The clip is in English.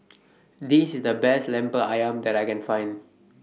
This IS The Best Lemper Ayam that I Can Find